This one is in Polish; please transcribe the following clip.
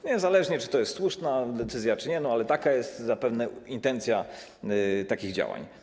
Niezależnie, czy to jest słuszna decyzja czy nie, ale taka jest zapewne intencja takich działań.